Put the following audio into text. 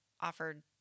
offered